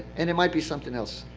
and it might be something else.